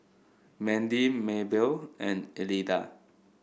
Mandy Maybelle and Elida